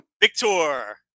Victor